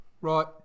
Right